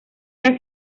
las